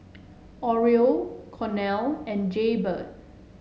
Oreo Cornell and Jaybird